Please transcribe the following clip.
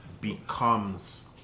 becomes